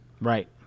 Right